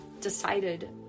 decided